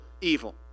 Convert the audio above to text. evil